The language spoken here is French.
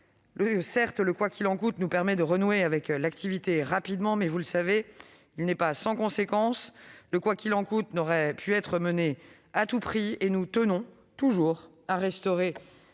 que le « quoi qu'il en coûte » nous permet certes de renouer avec l'activité rapidement, mais, vous le savez, il n'est pas sans conséquence. Le « quoi qu'il en coûte » n'aurait pu être mené à tout prix. Nous tenons toujours à restaurer